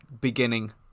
beginning